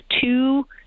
two